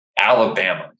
Alabama